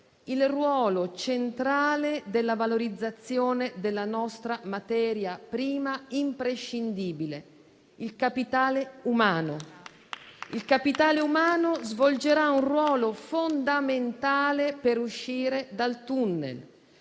il ruolo centrale della valorizzazione della nostra materia prima imprescindibile, il capitale umano. Il capitale umano svolgerà un ruolo fondamentale per uscire dal tunnel.